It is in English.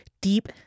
deep